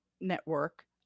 Network